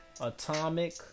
Atomic